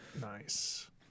Nice